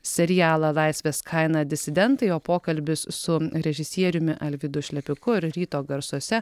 serialą laisvės kaina disidentai o pokalbis su režisieriumi alvydu šlepiku ryto garsuose